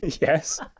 Yes